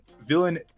villain